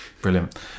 brilliant